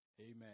Amen